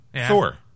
Thor